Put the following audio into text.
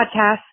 podcast